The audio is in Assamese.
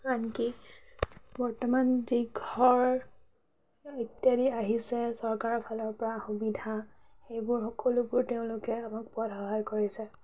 আনকি বৰ্তমান যি ঘৰ ইত্য়াদি আহিছে চৰকাৰৰ ফালৰ পৰা সুবিধা সেইবোৰ সকলোবোৰ তেওঁলোকে আমাক পোৱাত সহায় কৰিছে